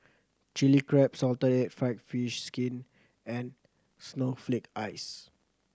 Chilli Crab salted egg fried fish skin and snowflake ice